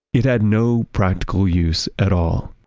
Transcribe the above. it had no practical use at all.